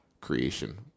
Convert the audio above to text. creation